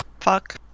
Fuck